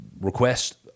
request